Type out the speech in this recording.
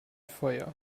feuer